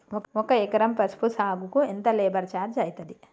ఒక ఎకరం పసుపు సాగుకు ఎంత లేబర్ ఛార్జ్ అయితది?